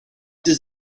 does